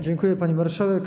Dziękuję, pani marszałek.